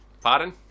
Pardon